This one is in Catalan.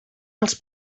els